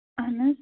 اَہَن حظ